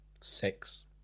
Six